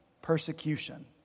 persecution